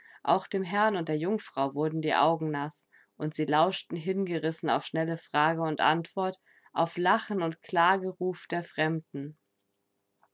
auch dem herrn und der jungfrau wurden die augen naß und sie lauschten hingerissen auf schnelle frage und antwort auf lachen und klageruf der fremden